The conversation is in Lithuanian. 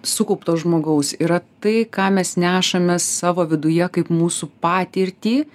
sukauptos žmogaus yra tai ką mes nešame savo viduje kaip mūsų patirtį